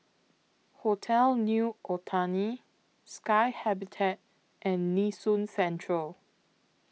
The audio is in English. Hotel New Otani Sky Habitat and Nee Soon Central